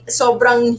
sobrang